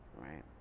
Right